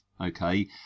Okay